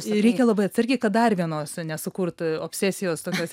reikia labai atsargiai kad dar vienos nesukurt obsesijos tokios ir